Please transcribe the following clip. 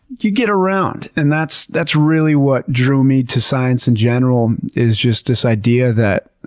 you get around and that's that's really what drew me to science in general, is just this idea that,